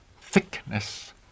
thickness